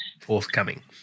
Forthcoming